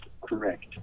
correct